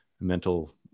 mental